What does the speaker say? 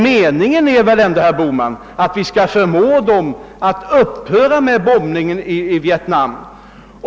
Meningen är väl ändå, herr Bohman, att vi skall förmå USA att upphöra med bombningen i Vietnam?